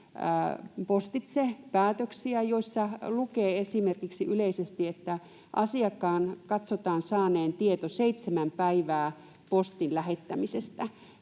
postitse päätöksiä, joissa lukee yleisesti esimerkiksi, että asiakkaan katsotaan saaneen tieto seitsemän päivää postin lähettämisestä,